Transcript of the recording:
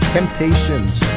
Temptations